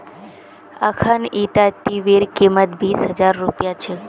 अखना ईटा टीवीर कीमत बीस हजार रुपया छेक